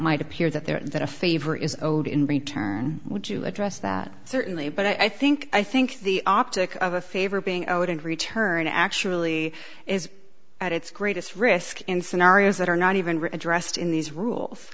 might appear that they're that a favor is owed in return would you address that certainly but i think i think the optic of a favor being out in return actually is at its greatest risk in scenarios that are not even addressed in these rules